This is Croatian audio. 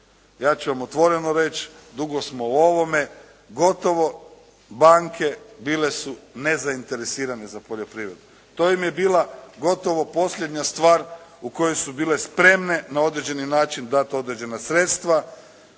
Ja ću vam otvoreno reći dugo smo o ovome gotovo banke bile su nezainteresirane za poljoprivredu. To im je bila gotovo posljednja stvar u kojoj su bile spremne na određeni način dati određena sredstva.